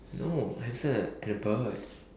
no hamster and a bird